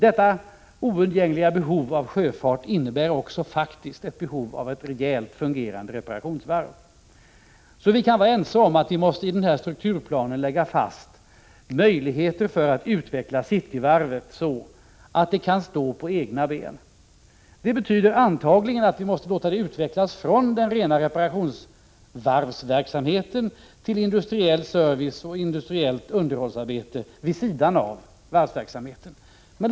Detta oundgängliga behov av sjöfart innebär också, faktiskt, ett behov av ett stort, fungerande reparationsvarv. Vi kan därför vara överens om att vi i strukturplanen måste lägga fast möjligheter för att utveckla Cityvarvet så att det kan stå på egna ben. Det betyder antagligen att vi måste låta det utvecklas från dagens rena reparationsvarvsverksamhet till, vid sidan av varvsverksamheten, industriell service och industriellt underhållsarbete.